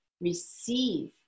receive